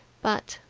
but.